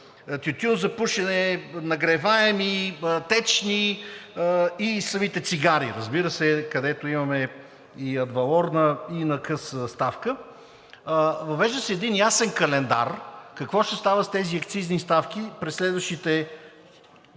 тютюн за пушене, нагреваеми, течни и самите цигари, разбира се, където имаме и адвалорна, и на къс ставка. Въвежда се един ясен календар какво ще става с тези акцизни ставки през следващите три